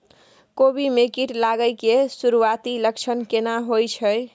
कोबी में कीट लागय के सुरूआती लक्षण केना होय छै